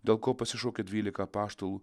dėl ko pasišaukė dvylika apaštalų